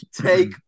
take